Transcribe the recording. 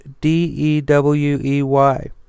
D-E-W-E-Y